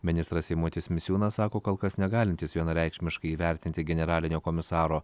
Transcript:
ministras eimutis misiūnas sako kol kas negalintis vienareikšmiškai įvertinti generalinio komisaro